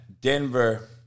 Denver